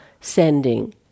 sending